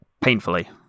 Painfully